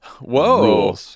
Whoa